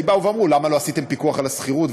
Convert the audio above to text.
כי באו ואמרו: למה לא עשיתם פיקוח על השכירות,